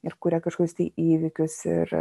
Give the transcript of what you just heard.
ir kuria kažkokius tai įvykius ir